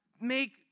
make